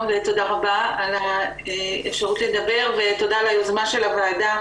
ותודה רבה על אפשרות לדבר ותודה על היוזמה של הוועדה